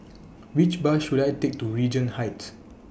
Which Bus should I Take to Regent Heights